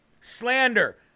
Slander